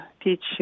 teach